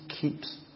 keeps